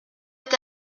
est